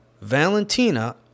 Valentina